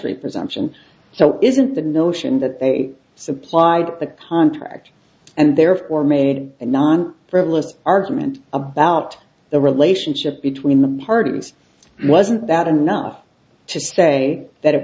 presumption so isn't the notion that they supplied the contract and therefore made a non frivolous argument about the relationship between the parties wasn't that enough to say that it